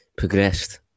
progressed